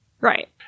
Right